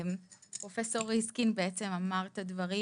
פרופסור ריסקין בעצם אמר את הדברים.